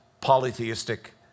polytheistic